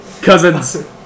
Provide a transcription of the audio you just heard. Cousins